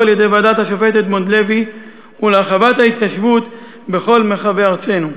על-ידי ועדת השופט אדמונד לוי ולהרחבת ההתיישבות בכל מרחבי ארצנו.